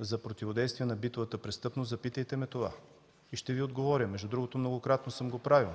за противодействие на битовата престъпност, ме запитайте за това и ще Ви отговоря. Многократно съм го правил.